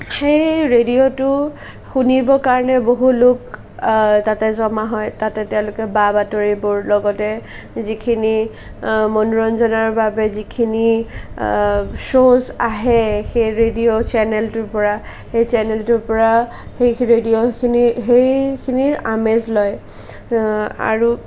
সেই ৰেডিঅ'টো শুনিব কাৰণে বহু লোক আ তাতে জমা হয় তাতে তেওঁলোকে বা বাতৰিবোৰ লগতে যিখিনি আ মনোৰঞ্জনৰ বাবে যিখিনি শ্ব'ছ আহে সেই ৰেডিঅ' চেনেলটোৰ পৰা সেই চেনেলটোৰ পৰা সেই ৰেডিঅ'খিনি সেইখিনিৰ আমেজ লয় আৰু